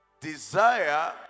Desire